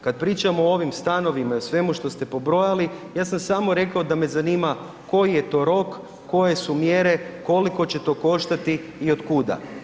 Kada pričamo o ovim stanovima i o svemu što ste pobrojali, ja sam samo rekao da me zanima koji je to rok, koje su mjere, koliko će to koštati i od kuda.